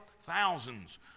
thousands